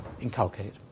inculcate